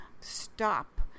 stop